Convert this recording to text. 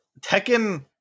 Tekken